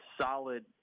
solid